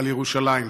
על ירושלים.